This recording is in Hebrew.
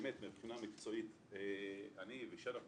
באמת מהבחינה המקצועית אני ושרף,